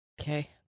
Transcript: okay